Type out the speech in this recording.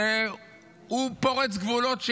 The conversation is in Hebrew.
שפורץ גבולות,